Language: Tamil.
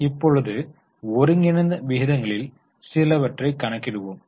இப்பொழுது ஒருங்கிணைந்த விகிதங்களில் சிலவற்றைக் கணக்கிடுவோம்